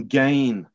gain